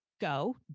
go